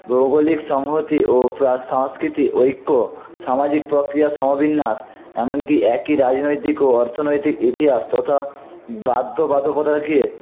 ভৌগলিক সংহতি ও সংস্কৃতি ঐক্য সামাজিক প্রক্রিয়া সমবিন্যাস এমনকি একই রাজনৈতিক ও অর্থনৈতিক ইতিহাস তথা বাধ্য বাধকতাকে